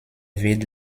wird